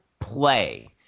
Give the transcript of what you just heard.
play